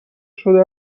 شده